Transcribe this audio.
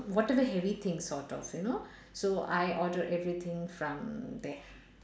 what are the heavy things sort of you know so I order everything from there